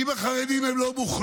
אם החרדים הם לא מוכללים,